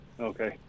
Okay